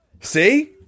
See